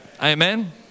Amen